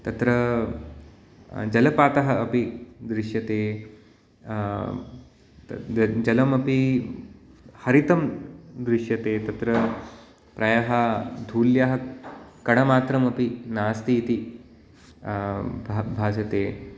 तत्र जलपातः अपि दृश्यते तद् तद् जलमपि हरितं दृश्यते तत्र प्रायः धूल्याः कणमात्रम् अपि नास्ति इति भ भासते